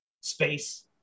space